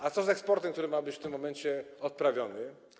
A co z eksportem, który ma być w tym momencie odprawiony?